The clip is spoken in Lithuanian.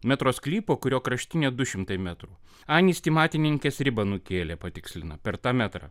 metro sklypo kurio kraštinė du šimtai metrų anys ti patys matininkės ribą nukėlė patikslina per tą metrą